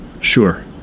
Sure